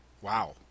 Wow